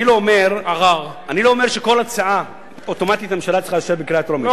אני לא אומר שכל הצעה אוטומטית הממשלה צריכה לאשר בקריאה טרומית.